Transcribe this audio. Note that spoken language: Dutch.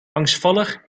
angstvallig